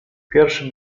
pierwszy